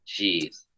Jeez